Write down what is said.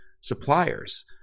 suppliers